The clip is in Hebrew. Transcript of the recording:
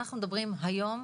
אנחנו דנים היום,